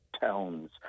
towns